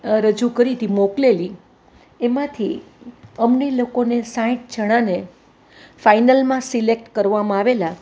રજૂ કરી હતી મોકલેલી એમાંથી અમને લોકોને સાંઠ જણાંને ફાઇનલમાં સિલેકટ કરવામાં આવેલાં